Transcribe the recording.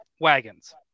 wagons